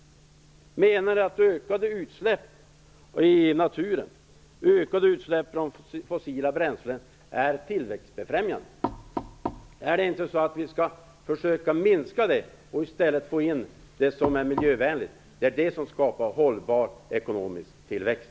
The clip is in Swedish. Menar ni att ökade utsläpp från fossila bränslen i naturen är tillväxtfrämjande? Skall vi inte försöka minska utsläppen och i stället få in det som är miljövänligt? Det är ju det som skapar hållbar ekonomisk tillväxt.